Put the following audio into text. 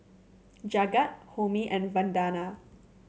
Jagat Homi and Vandana